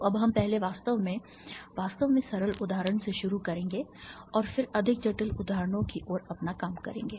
तो अब हम पहले वास्तव में वास्तव में सरल उदाहरण से शुरू करेंगे और फिर अधिक जटिल उदाहरणों की ओर अपना काम करेंगे